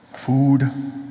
food